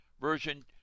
Version